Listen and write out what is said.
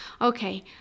Okay